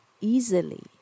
easily